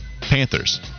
Panthers